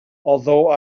although